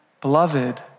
Beloved